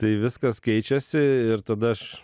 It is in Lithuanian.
tai viskas keičiasi ir tada aš